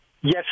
Yes